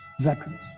veterans